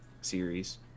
series